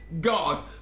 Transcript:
God